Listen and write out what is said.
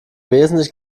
wesentlich